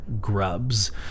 grubs